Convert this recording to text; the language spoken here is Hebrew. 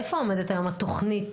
איפה עומדת היום התוכנית